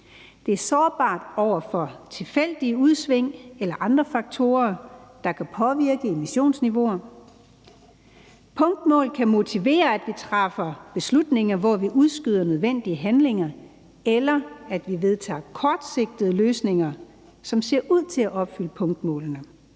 det er sårbart over for tilfældige udsving eller andre faktorer, der kan påvirke emissionsniveauer, og fordi punktmål kan motivere, at vi træffer beslutninger, hvor vi udskyder nødvendige handlinger, eller at vi vedtager kortsigtede løsninger, som ser ud til at opfylde punktmålene,